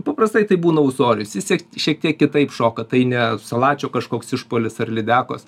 paprastai tai būna ūsorius jis sie šiek tiek kitaip šoka tai ne salačio kažkoks išpuolis ar lydekos